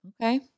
okay